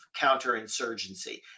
counterinsurgency